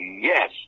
yes